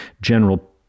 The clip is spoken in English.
general